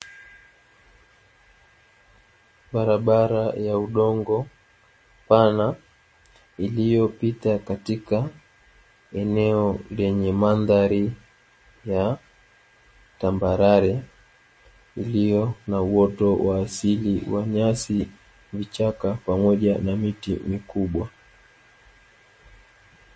Bararbara ya udongo pana, iliyopita katika eneo lenye mandhari ya tambarare iliyo na uoto wa asili wa nyasi, vichaka pamoja na miti mikubwa.